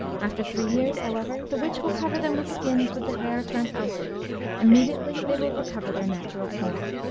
after three years, however, the witch will cover them with skins with the hair turned outward immediately they will recover their natural form.